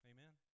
Amen